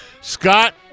Scott